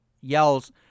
yells